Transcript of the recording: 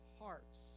hearts